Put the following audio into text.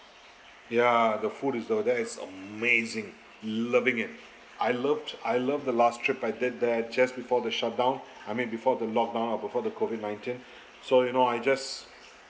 ya the food is though that is amazing loving it I loved I loved the last trip I did there just before the shutdown I mean before the lockdown ah before the COVID nineteen so you know I just